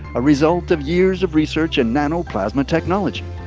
a result of years of research in nano plasma technology.